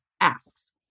asks